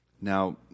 Now